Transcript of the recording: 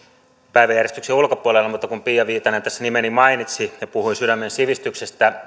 päiväjärjestyksen ulkopuolelle mutta kun pia viitanen tässä nimeni mainitsi ja puhui sydämen sivistyksestä